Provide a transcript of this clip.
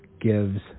gives